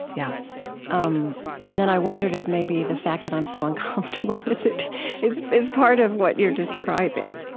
yeah um and then i wondered if maybe the fact that i'm so uncomfortable with it is is part of what you're describing